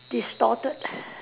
distorted